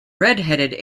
redheaded